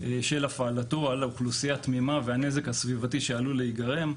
של הפעלתו על אוכלוסיה תמימה והנזק הסביבתי שעלול להיגרם,